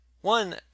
One